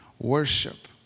worship